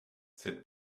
cette